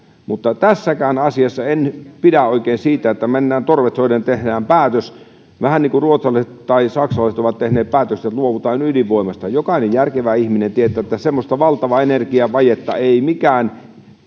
mutta tässäkään asiassa en pidä oikein siitä että mennään torvet soiden ja tehdään päätös vähän niin kuin ruotsalaiset tai saksalaiset ovat tehneet päätöksen että luovutaan ydinvoimasta jokainen järkevä ihminen tietää että semmoista valtavaa energiavajetta ei mikään